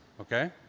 okay